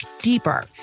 deeper